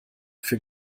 für